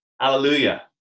Hallelujah